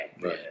Right